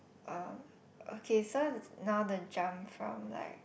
uh okay so now the jump from like